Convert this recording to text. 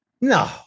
No